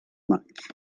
maig